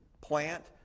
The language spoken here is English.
plant